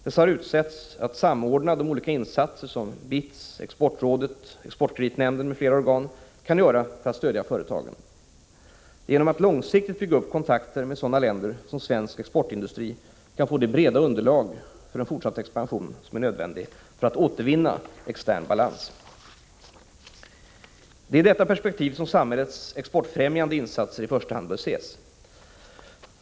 Dessa har utsetts att samordna de olika insatser som BITS, exportrådet, exportkreditnämnden m.fl. organ kan göra för att stödja företagen. Det är genom att långsiktigt bygga upp kontakter med sådana länder som svensk exportindustri kan få det breda underlag för en fortsatt expansion som är nödvändigt för att återvinna extern balans. Det är i detta perspektiv som samhällets exportfrämjande insatser i första hand bör ses.